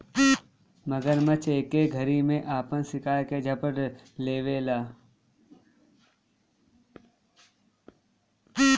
मगरमच्छ एके घरी में आपन शिकार के झपट लेवेला